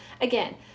Again